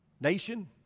nation